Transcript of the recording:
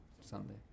Sunday